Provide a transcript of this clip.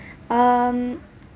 um